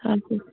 ہر کُنہِ